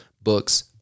books